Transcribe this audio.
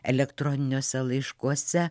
elektroniniuose laiškuose